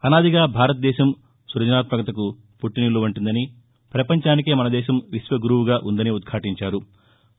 అనాదిగా భారతదేశం సృజనాత్మకతకు పుట్టినిల్లువంటిదని ప్రపంచానికే మన దేశం విశ్వగురువుగా ఉందని ఉద్ఘాటించారు